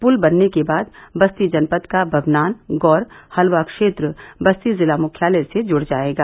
पुल बनने के बाद बस्ती जनपद का बभनान गौर हलवा क्षेत्र बस्ती जिला मुख्यालय से जुड़ जाएगा